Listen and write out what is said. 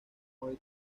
hoy